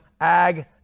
ag